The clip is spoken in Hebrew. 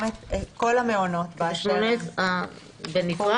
גם כל המעונות באשר הם בתחום